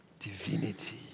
Divinity